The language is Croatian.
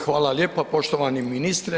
Hvala lijepa poštovani ministre.